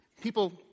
People